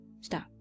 Stop